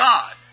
God